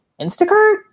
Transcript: Instacart